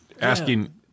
asking